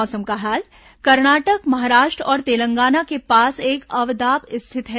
मौसम कर्नाटक महाराष्ट्र और तेलंगाना के पास एक अवदाब स्थित है